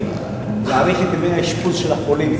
להאריך את ימי האשפוז של החולים.